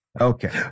Okay